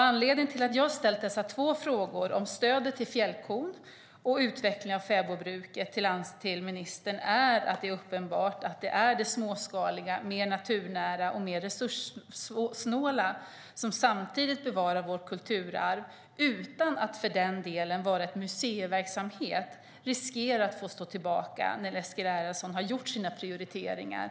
Anledningen till att jag har ställt dessa två frågor, om stödet till fjällkon och om utvecklingen av fäbodbruket, till ministern är att det är uppenbart att det småskaliga, mer naturnära och mer resurssnåla, som samtidigt bevarar vårt kulturarv utan att för den delen vara en museiverksamhet, riskerar att få stå tillbaka när Eskil Erlandsson har gjort sina prioriteringar.